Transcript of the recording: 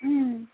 ओं